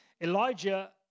Elijah